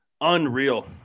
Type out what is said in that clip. unreal